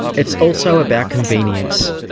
it's also about convenience.